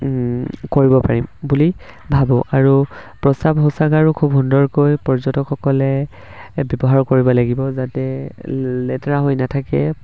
কৰিব পাৰিম বুলি ভাবোঁ আৰু প্ৰস্ৰাৱ শৌচাগাৰো আৰু খুব সুন্দৰকৈ পৰ্যটকসকলে ব্যৱহাৰ কৰিব লাগিব যাতে লেতেৰা হৈ নাথাকে